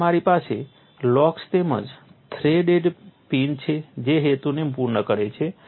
તેથી તમારી પાસે લોક્સ તેમજ થ્રેડેડ પિન છે જે હેતુને પૂર્ણ કરે છે